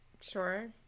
sure